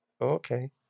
Okay